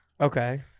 Okay